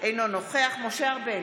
אינו נוכח משה ארבל,